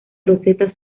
roseta